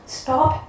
stop